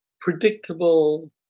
predictable